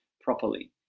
properly